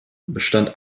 bestand